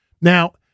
Now